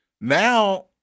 Now